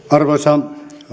arvoisa